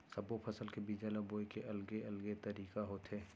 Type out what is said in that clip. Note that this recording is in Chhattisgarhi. सब्बो फसल के बीजा ल बोए के अलगे अलगे तरीका होथे